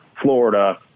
Florida